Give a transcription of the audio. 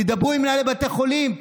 תדברו עם מנהלי בתי חולים,